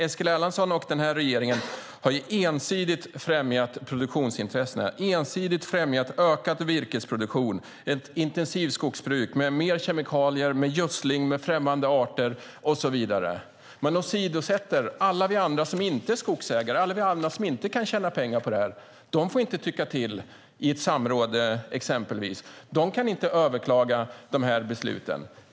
Eskil Erlandsson och regeringen har ensidigt främjat produktionsintressena och ökad virkesproduktion med mer kemikalier, gödsling och främmande arter och så vidare. Man åsidosätter alla som inte är skogsägare, alla som inte kan tjäna pengar på detta. De får inte tycka till i till exempel ett samråd. De kan inte överklaga besluten.